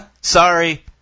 sorry